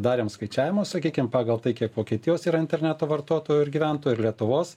darėm skaičiavimus sakykim pagal tai kiek vokietijos yra interneto vartotojų ir gyventojų ir lietuvos